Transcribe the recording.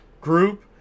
group